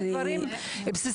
יש דברים בסיסיים.